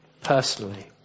personally